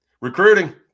Recruiting